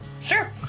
Sure